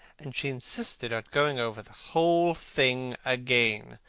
and she insisted on going over the whole thing again,